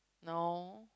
no